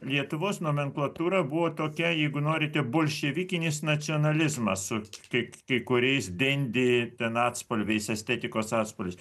lietuvos nomenklatūra buvo tokia jeigu norite bolševikinis nacionalizmas su kai kai kuriais dendi ten atspalviais estetikos atspalviais